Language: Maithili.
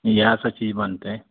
इहए सब चीज बनतै